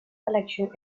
collection